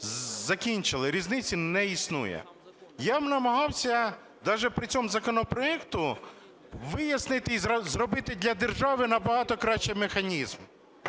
закінчили, різниці не існує. Я намагався даже при цьому законопроекті вияснити і зробити для держави набагато кращий механізм.